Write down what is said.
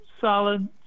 solid